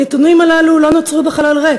הנתונים הללו לא נוצרו בחלל ריק.